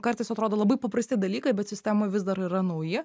kartais atrodo labai paprasti dalykai bet sistemoj vis dar yra nauji